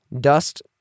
Dust